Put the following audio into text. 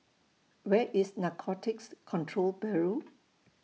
Where IS Narcotics Control Bureau